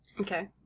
Okay